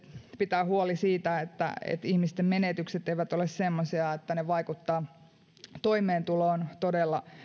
pitää huoli siitä että ihmisten menetykset eivät ole semmoisia että ne vaikuttavat toimeentuloon todella